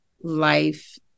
life